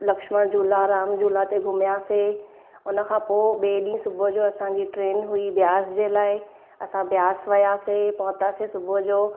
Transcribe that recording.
लक्ष्मण झूला राम झूला ते घुमियासीं उनखां पोइ ॿिए ॾींहुं सुबुह जो असांजी ट्रेन हुई ब्यास जे लाइ असां ब्यास वियासे पहुतासीं सुबुह जो